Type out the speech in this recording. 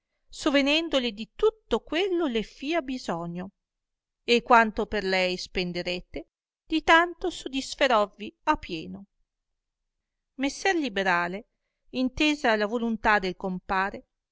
sovenendole di tutto quello le fia bisogno e quanto per lei spenderete di tanto sodisferovvi a pieno messer liberale intesa la voluntà del compare